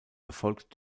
erfolgt